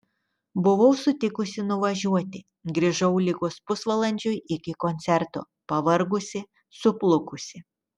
buvau sutikusi nuvažiuoti grįžau likus pusvalandžiui iki koncerto pavargusi suplukusi